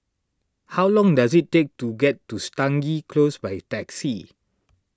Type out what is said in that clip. how long does it take to get to Stangee Close by taxi